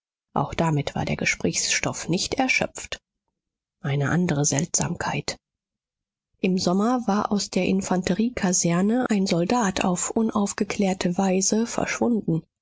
auch damit war der gesprächsstoff nicht erschöpft eine andre seltsamkeit im sommer war aus der infanteriekaserne ein soldat auf unaufgeklärte weise verschwunden